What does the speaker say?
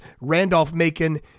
Randolph-Macon